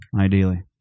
Ideally